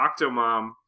Octomom